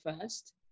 first